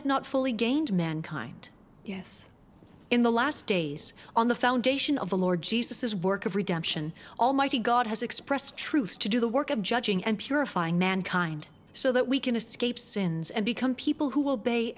had not fully gained mankind yes in the last days on the foundation of the lord jesus is work of redemption almighty god has expressed truth to do the work of judging and purifying mankind so that we can escape sins and become people who will bay